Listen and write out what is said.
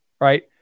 right